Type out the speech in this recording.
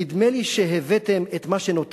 ונדמה לי שהיא השתכחה.